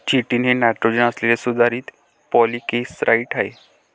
chitin हे nitrogen असलेले सुधारित पॉलिसेकेराइड आहे